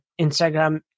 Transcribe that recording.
Instagram